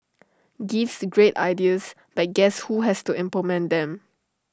gives great ideas but guess who has to implement them